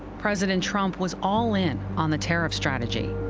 president trump was all in on the tariff strategy.